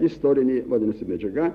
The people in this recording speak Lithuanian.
istorinė vadinasi medžiaga